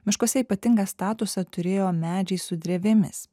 miškuose ypatingą statusą turėjo medžiai su drevėmis